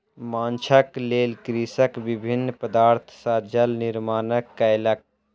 माँछक लेल कृषक विभिन्न पदार्थ सॅ जाल निर्माण कयलक